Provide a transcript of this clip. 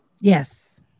Yes